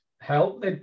help